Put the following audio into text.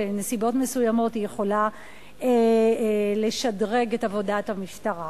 בנסיבות מסוימות היא יכולה לשדרג את עבודת המשטרה.